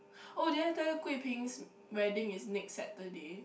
oh did I tell you Gui-Ping's wedding is next Saturday